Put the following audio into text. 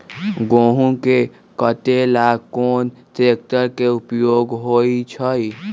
गेंहू के कटे ला कोंन ट्रेक्टर के उपयोग होइ छई?